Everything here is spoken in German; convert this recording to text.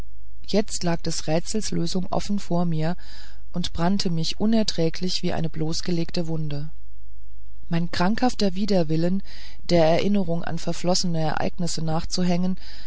jetzt lag des rätsels lösung offen vor mir und brannte mich unerträglich wie eine bloßgelegte wunde mein krankhafter widerwillen der erinnerung an verflossene ereignisse nachzuhängen